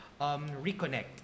reconnect